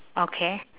okay